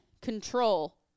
Control